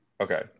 Okay